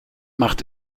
macht